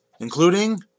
including